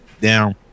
down